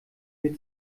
mir